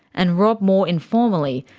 and rob more informally,